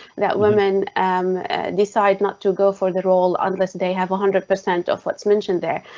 that women um decide not to go for the role unless they have one hundred percent of what's mentioned there.